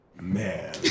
man